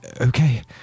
Okay